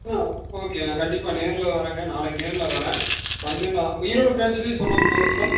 ஆ okay நான் கண்டிப்பாக நேரில் வரேங்க நாளைக்கு நேரில் வரேன் வந்து நான் ஈரோடு பிரான்ஞ்ச்சுலேயும் சொன்னால் போதுங்களா